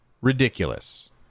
ridiculous